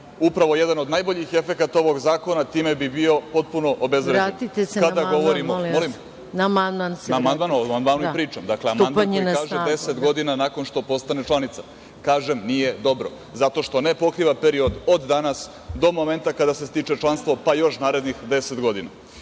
upravo jedan od najboljih efekata ovog zakona time bi bio potpuno obezvređen. **Maja Gojković** Vratite se na amandman, molim vas. **Vladimir Orlić** O amandmanu i pričam. Dakle, amandman koji kaže - deset godina nakon što postane članica, kažem, nije dobro zato što ne pokriva period od danas do momenta kada se stiče članstvo, pa još narednih deset godina. Na